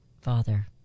Father